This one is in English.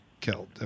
killed